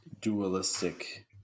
dualistic